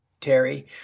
Terry